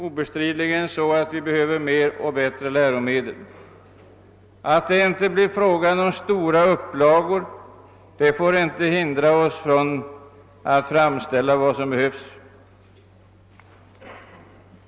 Obestridligen behöver vi även mer och bättre läromedel. Att det inte blir fråga om stora upplagor får inte hindra oss från att framställa vad som behövs.